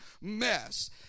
mess